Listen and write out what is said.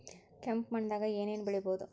ಕೆಂಪು ಮಣ್ಣದಾಗ ಏನ್ ಏನ್ ಬೆಳಿಬೊದು?